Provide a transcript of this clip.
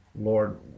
Lord